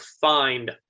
find